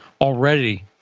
already